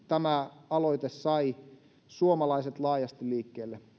tämä aloite sai suomalaiset laajasti liikkeelle